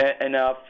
enough